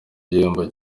igihembo